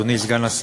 אדוני סגן השר,